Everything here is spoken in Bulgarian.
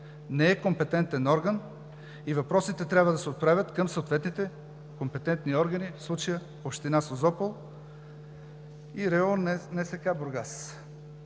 не е компетентен орган и въпросите трябва да се отправят към съответните компетентни органи – в случая община Созопол и РИОНСК – Бургас.